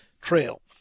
Trail